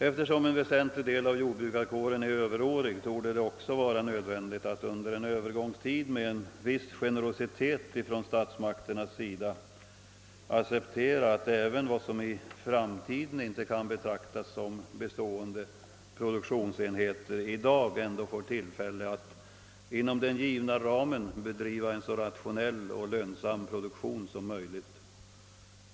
Eftersom en väsentlig del av jordbrukarkåren är överårig, torde det också vara nödvändigt att under en övergångstid med viss generositet från statsmakterna acceptera att även vad som i framtiden icke kan betraktas som bestående produktionsenheter i dag ändå får tillfälle att inom den givna ramen bedriva en så rationell och lönsam produktion som möjligt.